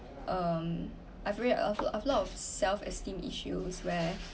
um I've a a lot of self esteem issues where